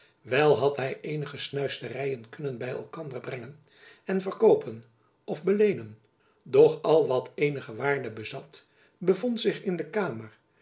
wel had hy eenige snuisteryen kunnen by elkander brengen en verkoopen of beleenen doch al wat eenige waarde bezat bevond zich in de kamer